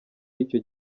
y’icyo